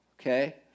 okay